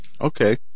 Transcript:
Okay